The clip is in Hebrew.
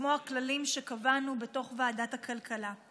כמו הכללים שקבענו בוועדת הכלכלה.